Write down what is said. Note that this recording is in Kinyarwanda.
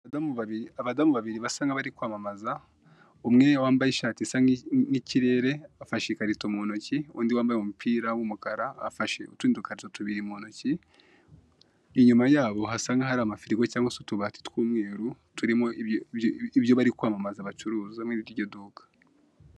Abadamu babiri abadamu babiri basa nk'abari kwamamaza umwe wambaye ishati isa nk'kirere bafashe ikarito mu ntoki, undi wambaye umupira w'umukara afashe utundi dukarito tubiri mu ntoki, inyuma yabo hasa nk'ahari amafirigo cyangwa se utubati tw'umweru turimo ibyo bari kwamamaza bacuruza muri iryo duka.